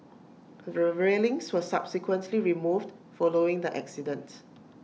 the railings were subsequently removed following the accident